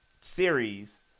series